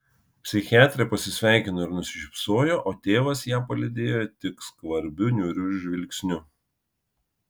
psichiatrė pasisveikino ir nusišypsojo o tėvas ją palydėjo tik skvarbiu niūriu žvilgsniu